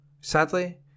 Sadly